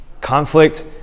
conflict